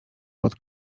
pod